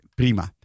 prima